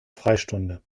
freistunde